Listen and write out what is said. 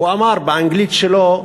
הוא אמר באנגלית שלו: